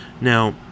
Now